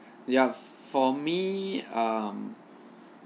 ya for me um